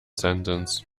sentence